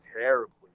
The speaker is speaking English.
terribly